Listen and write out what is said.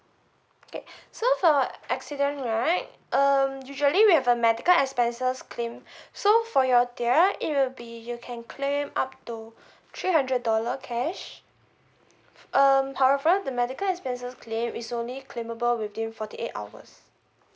okay so for accident right um usually we have a medical expenses claim so for your tier it will be you can claim up to three hundred dollar cash um however the medical expenses claim is only claimable within forty eight hours